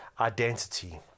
identity